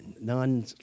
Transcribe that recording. None